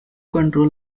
control